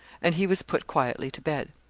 and he was put quietly to bed.